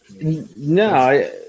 No